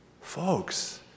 Folks